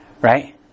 right